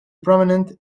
prominent